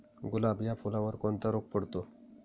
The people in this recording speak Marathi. गुलाब या फुलावर कोणता रोग पडतो?